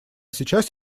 сейчас